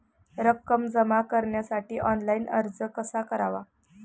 रक्कम जमा करण्यासाठी ऑनलाइन अर्ज कसा करावा?